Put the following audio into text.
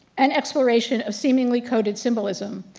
and exploration of seemingly coded symbolism.